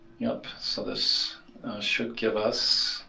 yep, so this should give us.